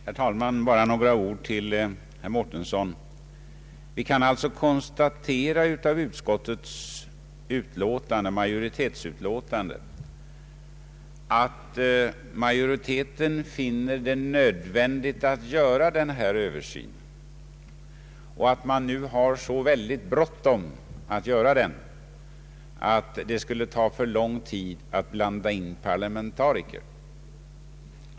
Herr Wallmark! Bara några ord till herr Mårtensson. Vi kan alltså konstatera i utskottets utlåtande att majoriteten finner det nödvändigt att göra denna översyn och att man nu har så väldigt bråttom att göra den att det skulle ta för lång tid att blanda in parlamentariker.